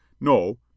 no